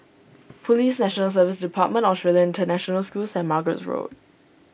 Police National Service Department Australian International School and St Margaret's Road